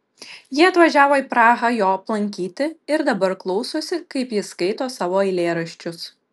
ji atvažiavo į prahą jo aplankyti ir dabar klausosi kaip jis skaito savo eilėraščius